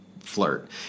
flirt